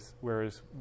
whereas